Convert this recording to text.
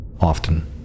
often